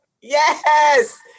Yes